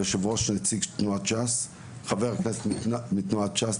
יושב הראש הוא נציג תנועת ש״ס ואני חבר כנסת מתנועת ש״ס.